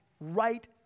right